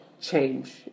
change